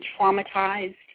traumatized